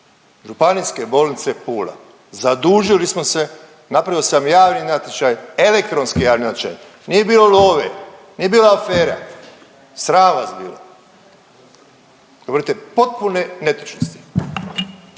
Županijske bolnice Pula zadužili smo se napravio sam javni natječaj, elektronski javni natječaj, nije bilo love, nije bila afera. Sram vas bilo. Govorite potpune netočnosti.